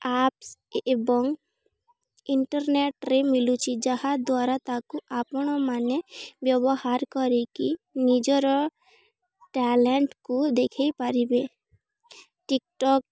apps ଏବଂ ଇଣ୍ଟରନେଟ୍ରେ ମିଳୁଛି ଯାହାଦ୍ୱାରା ତାକୁ ଆପଣମାନେ ବ୍ୟବହାର କରିକି ନିଜର ଟ୍ୟାଲେଣ୍ଟ୍କୁ ଦେଖେଇ ପାରିବେ ଟିକ୍ଟକ୍